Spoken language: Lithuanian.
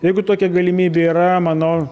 jeigu tokia galimybė yra manau